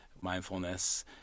mindfulness